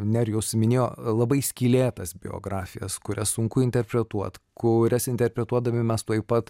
nerijus minėjo labai skylėtas biografijas kurias sunku interpretuot kurias interpretuodami mes tuoj pat